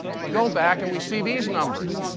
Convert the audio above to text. we go back and we see these numbers,